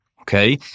Okay